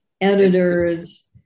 editors